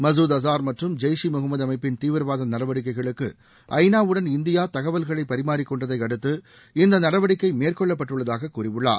மசூத் அஸார் மற்றும் ஜெய்ஷ் இ முகமது அமைப்பின் தீவிரவாத நடவடிக்கைகளுக்கு ஐ நாவுடன் இந்தியா தகவல்களை பரிமாறிக்கொண்டதை அடுத்து இந்த நடவடிக்கை மேற்கொள்ளப்பட்டுள்ளதாகக் கூறியுள்ளார்